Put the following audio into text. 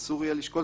אסור יהיה לשקול.